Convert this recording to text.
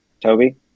Toby